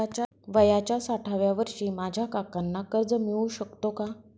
वयाच्या साठाव्या वर्षी माझ्या काकांना कर्ज मिळू शकतो का?